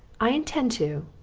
i intend to,